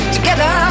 Together